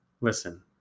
Listen